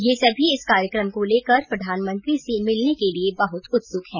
ये सभी इस कार्यक्रम को लेकर और प्रधानमंत्री से मिलने के लिए बहुत उत्सुक है